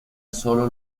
sólo